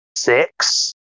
six